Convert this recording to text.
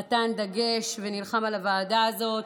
נתן דגש ונלחם על הוועדה הזאת,